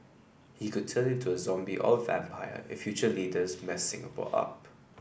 he could turn into a zombie or vampire if future leaders mess Singapore up